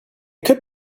could